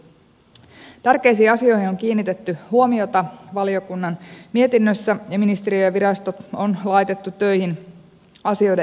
tärkeisiin asioihin on kiinnitetty huomiota valiokunnan mietinnössä ja ministeriö ja virasto on laitettu töihin asioiden edistämiseksi